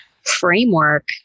framework